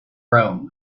rome